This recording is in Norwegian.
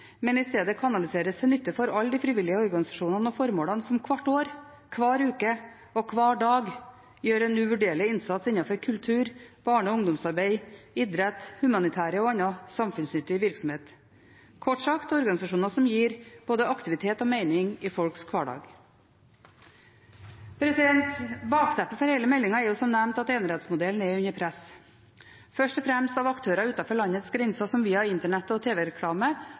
men i stedet kanaliseres til nytte for alle de frivillige organisasjonene, formålene, som hvert år, hver uke og hver dag gjør en uvurderlig innsats innenfor kultur, barne- og ungdomsarbeid, idrett, humanitær og annen samfunnsnyttig virksomhet, kort sagt organisasjoner som gir både aktivitet og mening i folks hverdag. Bakteppet for hele meldingen er som nevnt at enerettsmodellen er under press, først og fremst av aktører utenfor landets grenser som via internett og